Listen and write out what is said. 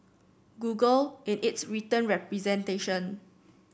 Google in its written representation